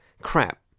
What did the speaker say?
crap